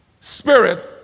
spirit